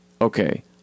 okay